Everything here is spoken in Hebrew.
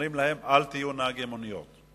אומרים להם: אל תהיו נהגי מוניות.